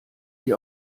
die